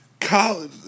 college